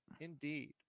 Indeed